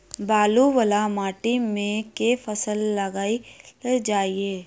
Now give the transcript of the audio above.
बालू वला माटि मे केँ फसल लगाएल जाए?